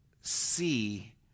see